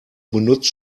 benutzt